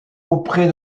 auprès